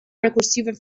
rekursiven